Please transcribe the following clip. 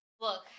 Look